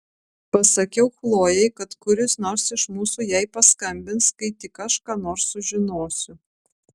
pasakiau chlojei kad kuris nors iš mūsų jai paskambins kai tik aš ką nors sužinosiu